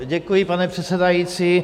Děkuji, pane předsedající.